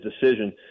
decision